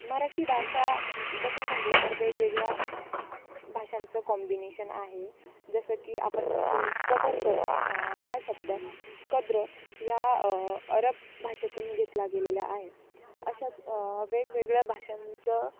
मराठी भाषा तसं म्हटलं तर वेगवेगळ्या भाषांचं कॉम्बिनेशन आहे जसं की आपण म्हणतो कदर करणे हा शब्द कद्र ह्या अरब भाषेतून घेतला गेलेला आहे अशाच वेगवेगळ्या भाषांचं